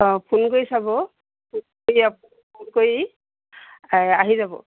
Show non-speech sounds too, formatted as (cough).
অঁ ফোন কৰি চাব (unintelligible) কৰি ফোন কৰি এই আহি যাব